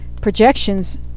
Projections